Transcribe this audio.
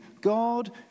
God